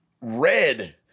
red